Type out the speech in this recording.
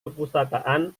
perpustakaan